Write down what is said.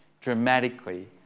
dramatically